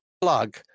plug